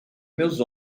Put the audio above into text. meus